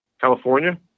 California